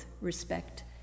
respect